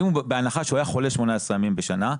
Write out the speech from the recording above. בהנחה שהוא היה חולה 18 ימים בשנה,